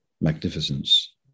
magnificence